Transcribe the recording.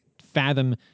fathom